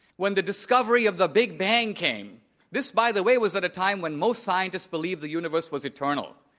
when the discovery of the big bang came this, by the way, was at a time when most scientists believed the universe was eternal,